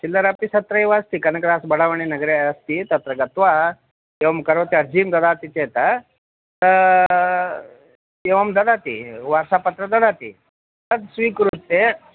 तहशील्दार् अपि तत्रैव अस्ति कनकदास बडवणनगरे अस्ति तत्र गत्वा एवं करोति अर्जीं ददाति चेत् एवं ददाति वार्सापत्रं ददाति तत् स्वीकृरुत्य